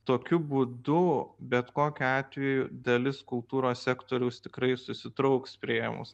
tokiu būdu bet kokiu atveju dalis kultūros sektoriaus tikrai susitrauks priėmus